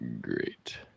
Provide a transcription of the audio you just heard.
great